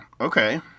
Okay